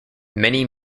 many